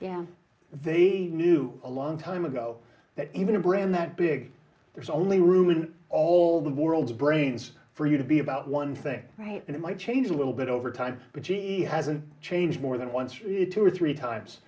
yeah they knew a long time ago that even a brand that big there's only room with all the world's brains for you to be about one thing right and it might change a little bit over time but it hasn't changed more than once or two or three times